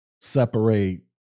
separate